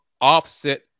offset